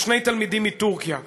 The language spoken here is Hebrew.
ושני תלמידים מטורקיה.